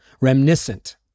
reminiscent